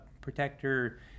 protector